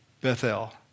Bethel